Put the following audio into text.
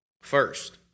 First